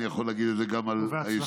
אני יכול להגיד את זה גם על היושב-ראש.